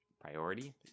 priority